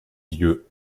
lieu